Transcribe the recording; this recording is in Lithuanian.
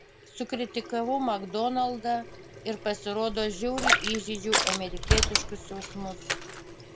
sukritikavau makdonaldą ir pasirodo žiauriai įžeidžiau amerikietiškus jausmus